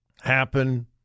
happen